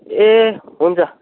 ए हुन्छ